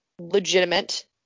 legitimate